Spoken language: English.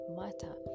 matter